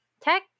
tech